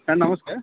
ସାର ନମସ୍କାର